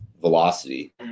velocity